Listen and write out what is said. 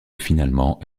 finalement